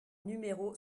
numéro